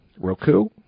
Roku